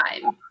time